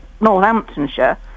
Northamptonshire